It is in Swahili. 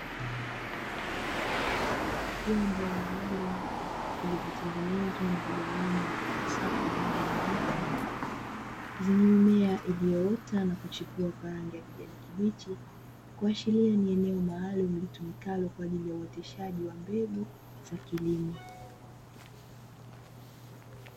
Vyombo maalumu vilivyotengenezwa na kugawanywa katika safu zilizo nyooka zenye mimea iliyoota na kuchipua kwa rangi ya kijani kibichi, kuashiria ni neo maalumu litumikalo kwa ajili ya uoteshaji wa mbegu za kilimo.